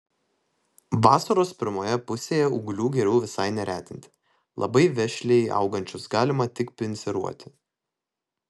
vasaros pirmoje pusėje ūglių geriau visai neretinti labai vešliai augančius galima tik pinciruoti